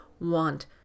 want